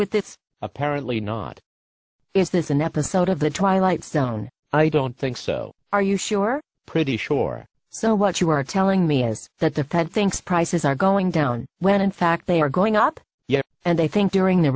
with this apparently not is this an episode of the twilight zone i don't think so are you sure pretty sure so what you are telling me is that the fed thinks prices are going down when in fact they are going up yet and they think during the